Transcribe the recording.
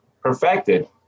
perfected